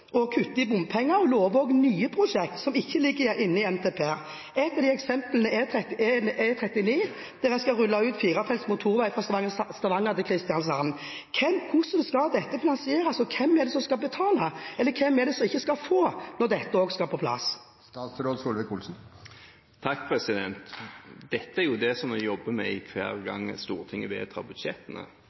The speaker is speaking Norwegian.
i bompenger, og de lover også nye prosjekter som ikke ligger inne i NTP. Ett av de eksemplene er E39, der en skal rulle ut firefelts motorvei fra Stavanger til Kristiansand. Hvordan skal dette finansieres, og hvem er det som skal betale? Eller: Hvem er det som ikke skal få, når dette også skal på plass? Det er jo dette vi jobber med hver gang Stortinget vedtar budsjettene.